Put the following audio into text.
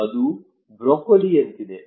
ಇದು ಬ್ರೊಕೊಲಿಯಂತಿದೆ